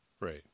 Right